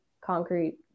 concrete